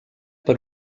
per